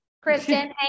Kristen